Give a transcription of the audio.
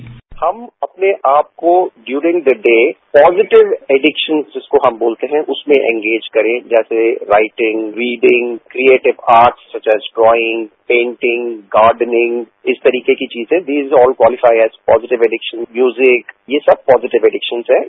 bite हम अपने आपको during the day positive addiction जिसको बोलते हैं उसमें इंगेज करें जैसे writing reading creative arts such as drawing painting gardening इस तरीके की चीजेंदीज all qualified positive addiction music ये सब पॉजिटिव एडिक्शनहैं